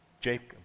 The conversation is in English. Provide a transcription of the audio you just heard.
Jacob